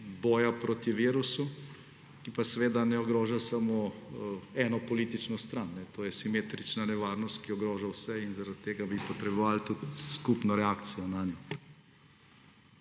boja proti virusu, ki pa ne ogroža samo eno politično stran. To je simetrična nevarnost, ki ogroža vse, zaradi tega bi potrebovali tudi skupno reakcijo nanjo.